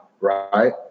right